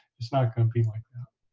it's not going to be like that.